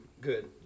good